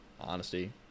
honesty